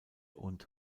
und